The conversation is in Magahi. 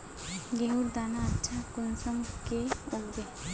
गेहूँर दाना अच्छा कुंसम के उगबे?